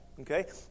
Okay